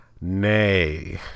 Nay